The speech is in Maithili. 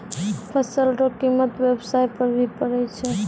फसल रो कीमत व्याबसाय पर भी पड़ै छै